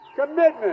commitment